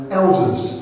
elders